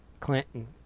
Clinton